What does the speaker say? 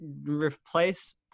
replace